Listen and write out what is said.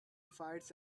fights